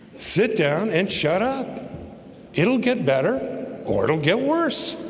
sit down and shut up it'll get better or it'll get worse